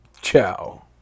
ciao